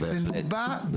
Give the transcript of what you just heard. זה נקבע --- בהחלט.